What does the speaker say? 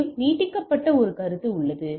மேலும் நீட்டிக்கப்பட்ட ஒரு கருத்து உள்ளது